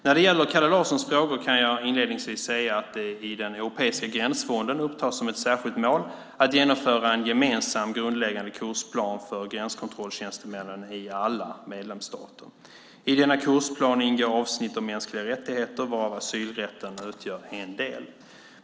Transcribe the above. När det gäller Kalle Larssons frågor kan jag inledningsvis säga att det i den europeiska gränsfonden upptas som ett särskilt mål att genomföra en gemensam grundläggande kursplan för gränskontrolltjänstemännen i alla medlemsstater. I denna kursplan ingår avsnitt om mänskliga rättigheter varav asylrätten utgör en del.